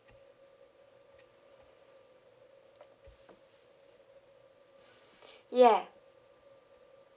ya